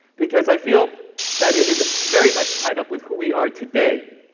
because i feel that it is very much tied up with who we are today,